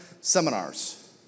seminars